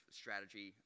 strategy